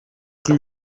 rue